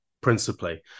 principally